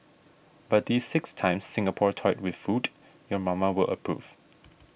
but these six times Singapore toyed with food your mama will approve